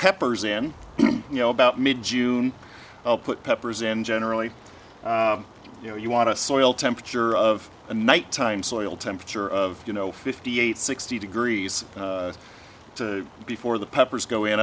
peppers in you know about mid june i'll put peppers in generally you know you want to soil temperature of the night time soil temperature of you know fifty eight sixty degrees before the peppers go in